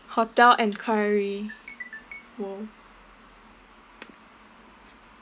hotel enquiry